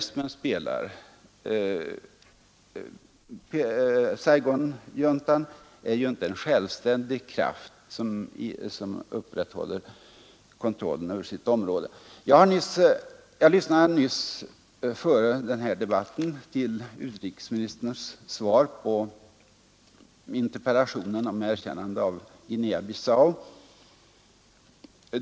Saigonjuntan är inte en självständig kraft som upprätthåller kontrollen över sitt område. Jag lyssnade nyss, före denna debatt, till utrikesministerns svar på interpellationen om erkännande av Guinea Bissau.